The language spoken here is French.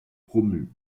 promus